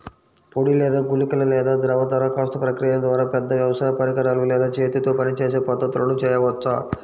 పొడి లేదా గుళికల లేదా ద్రవ దరఖాస్తు ప్రక్రియల ద్వారా, పెద్ద వ్యవసాయ పరికరాలు లేదా చేతితో పనిచేసే పద్ధతులను చేయవచ్చా?